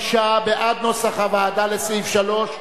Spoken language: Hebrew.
45 בעד נוסח הוועדה לסעיף 3,